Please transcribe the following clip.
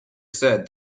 said